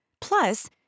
Plus